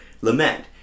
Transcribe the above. lament